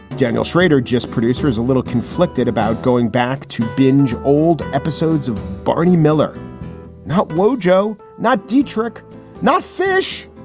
daniel shrader, just producer, is a little conflicted about going back to binge old episodes of barney miller now. whoa, joe. not dietrick not fish.